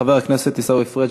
חבר הכנסת עיסאווי פריג',